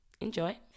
Enjoy